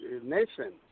nation